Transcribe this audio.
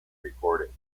recordings